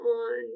on